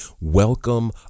welcome